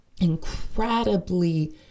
incredibly